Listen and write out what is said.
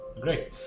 great